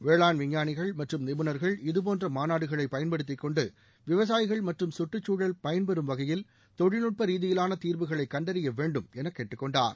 வேளாண் விஞ்ஞானிகள் மற்றும் நிபுணர்கள் இதுபோன்ற மாநாடுகளை பயன்படுத்தி கொண்டு விவசாயிகள் மற்றும் கற்றுக்சூழல் பயன்பெறும் வகையில் தொழில்நட்ப ரீதியிலான தீர்வுகளை கண்டறிய வேண்டும் என கேட்டுக்கொண்டார்